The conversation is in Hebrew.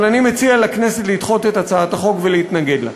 אבל אני מציע לכנסת לדחות את הצעת החוק ולהתנגד לה.